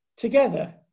Together